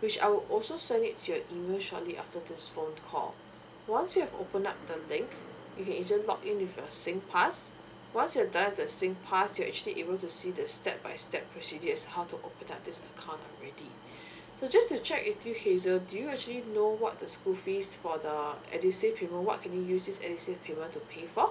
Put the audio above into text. which I would also send it to your email shortly after this phone call once you have open up the link you can easily log in with your singpass once you're done with the singpass you actually able to see the step by step procedures how to open up this account already so just to check with hazel do you actually know what the school fees for the edusave you know what can you use this edusave payment to pay for